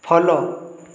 follow